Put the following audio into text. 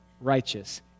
righteous